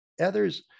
Others